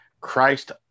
Christ